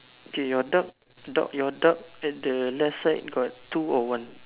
okay your dog dog your dog at the left side got two or one